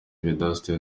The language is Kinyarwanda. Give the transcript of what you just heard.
vedaste